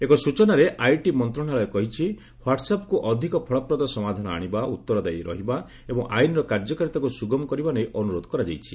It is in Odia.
ଏକ ସୂଚନାରେ ଆଇଟି ମନ୍ତ୍ରଣାଳୟ କହିଛି ହ୍ପାଟସ୍ଅପ୍କୁ ଅଧିକ ଫଳପ୍ରଦ ସମାଧାନ ଆଣିବା ଉତ୍ତରଦାୟୀ ରହିବା ଏବଂ ଆଇନ୍ର କାର୍ଯ୍ୟକାରୀତାକୁ ସୁଗମ କରିବା ପାଇଁ ଅନୁରୋଧ କରାଯାଇଛି